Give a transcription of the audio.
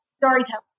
storytelling